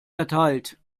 erteilt